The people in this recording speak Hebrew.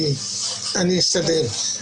אני אשתדל.